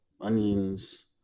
onions